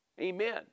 amen